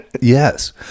Yes